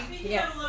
Yes